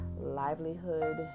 livelihood